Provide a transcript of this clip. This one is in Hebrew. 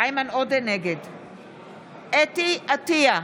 נגד חוה אתי עטייה,